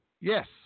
Yes